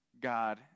God